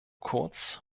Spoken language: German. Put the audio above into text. kurz